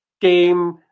game